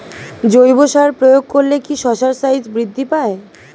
জৈব সার প্রয়োগ করলে কি শশার সাইজ বৃদ্ধি পায়?